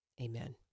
Amen